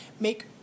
Make